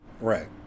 Right